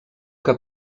que